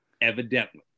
Evidently